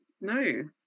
no